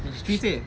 she said